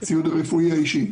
הציוד הרפואי האישי.